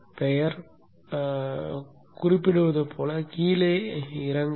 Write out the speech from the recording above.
பெயர் குறிப்பிடுவது போல் கீழே இறங்கவும்